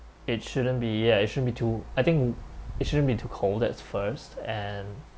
it shouldn't be ya it shouldn't be too I think it shouldn't be too cold that's first and